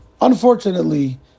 Unfortunately